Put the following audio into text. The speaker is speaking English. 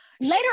later